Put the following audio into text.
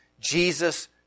Jesus